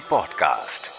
Podcast